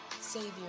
Savior